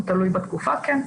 תלוי בתקופה כן,